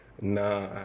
Nah